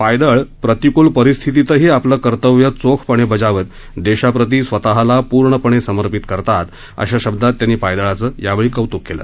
पायदळ प्रतिकूल परिस्थितीतही आपलं कर्तव्य चोखपणे बजावत देशाप्रती स्वतला पूर्णपणे समर्पीत करतात अशा शब्दात त्यांनी पायदळाचं यावेळी कौतुक केलं